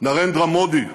נרנדרה מודי,